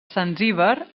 zanzíbar